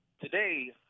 today